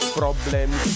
problems